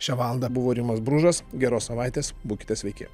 šią valandą buvo rimas bružas geros savaitės būkite sveiki